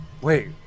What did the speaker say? wait